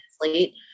late